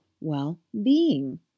well-being